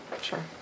Sure